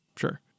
Sure